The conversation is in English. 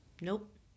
Nope